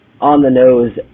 on-the-nose